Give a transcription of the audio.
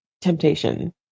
temptation